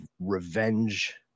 revenge